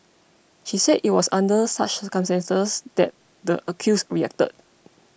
she said it was under such circumstances that the accused reacted